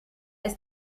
ist